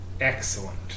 Excellent